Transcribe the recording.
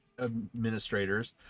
administrators